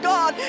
God